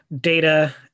data